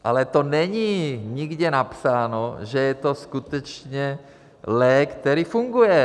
Ale to není nikde napsáno, že je to skutečně lék, který funguje.